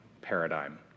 paradigm